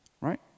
Right